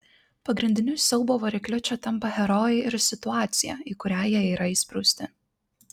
pagrindiniu siaubo varikliu čia tampa herojai ir situacija į kurią jie yra įsprausti